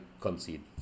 concede